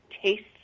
tastes